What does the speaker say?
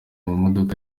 amamodoka